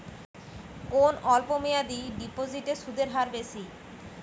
কোন অল্প মেয়াদি ডিপোজিটের সুদের হার বেশি?